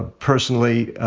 ah personally?